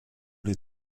les